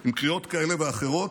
עם קריאות כאלה ואחרות,